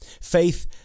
faith